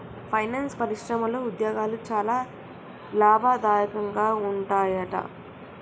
finance పరిశ్రమలో ఉద్యోగాలు చాలా లాభదాయకంగా ఉంటాయట